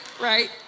right